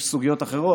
יש סוגיות אחרות.